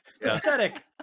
pathetic